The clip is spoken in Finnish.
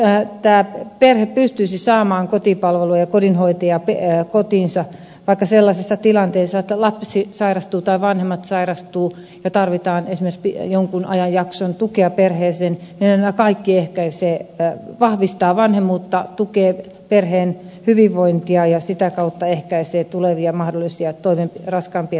jos perhe pystyisi saamaan kotipalvelua ja kodinhoitajan kotiinsa vaikka sellaisessa tilanteessa että lapsi sairastuu tai vanhemmat sairastuvat ja tarvitaan esimerkiksi jonkun ajanjakson tukea perheeseen niin nämä kaikki vahvistavat vanhemmuutta tukevat perheen hyvinvointia ja sitä kautta ehkäisevät tulevia mahdollisia raskaampia toimenpiteitä